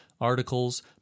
articles